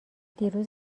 دیروز